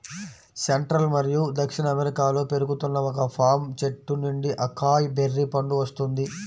central మరియు దక్షిణ అమెరికాలో పెరుగుతున్న ఒక పామ్ చెట్టు నుండి అకాయ్ బెర్రీ పండు వస్తుంది